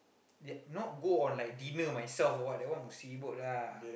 that not go on like dinner myself or what that one musibat lah